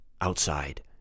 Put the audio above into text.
outside